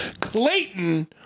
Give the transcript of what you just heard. Clayton